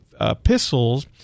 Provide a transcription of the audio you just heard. epistles